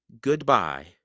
Goodbye